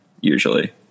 usually